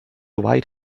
right